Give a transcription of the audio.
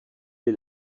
est